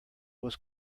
was